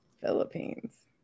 Philippines